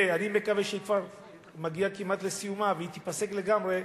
ואני מקווה שהיא כבר מגיעה כמעט לסיומה והיא תיפסק לגמרי,